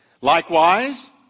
Likewise